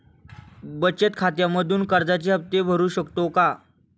बचत खात्यामधून कर्जाचे हफ्ते भरू शकतो का?